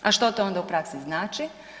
A što to onda u praksi znači?